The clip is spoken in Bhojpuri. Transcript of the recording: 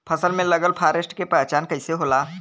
फसल में लगल फारेस्ट के पहचान कइसे होला?